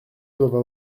doivent